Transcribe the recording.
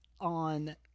on